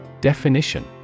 Definition